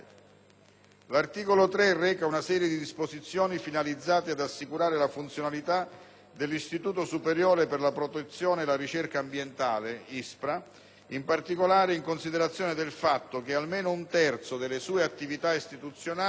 L'articolo 3 reca una serie di disposizioni finalizzate ad assicurare la funzionalità dell'Istituto superiore per la protezione e la ricerca ambientale (ISPRA), in particolare in considerazione del fatto che almeno un terzo delle attività istituzionali